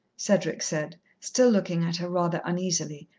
cedric said, still looking at her rather uneasily.